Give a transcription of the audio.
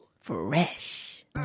Fresh